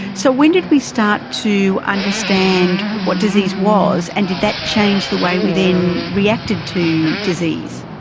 so when did we start to understand what disease was, and did that change the way we then reacted to disease?